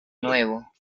nuevo